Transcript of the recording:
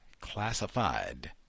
classified